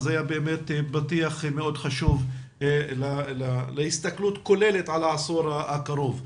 זה היה פתיח מאוד חשוב להסתכלות כוללת על העשור הקרוב.